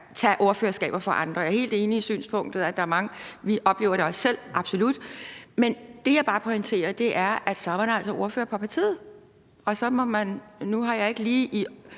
overtage ordførerskaber for andre, og jeg er helt enig i synspunktet, at der er mange. Vi oplever det også selv – absolut. Men det, jeg bare pointerer, er, at så er man altså ordfører for partiet – nu har jeg ikke lige